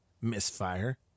misfire